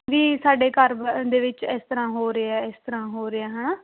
ਵੀ ਸਾਡੇ ਘਰ ਦੇ ਵਿੱਚ ਇਸ ਤਰ੍ਹਾਂ ਹੋ ਰਿਹਾ ਇਸ ਤਰ੍ਹਾਂ ਹੋ ਰਿਹਾ ਹੈ ਨਾ